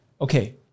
okay